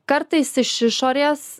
kartais iš išorės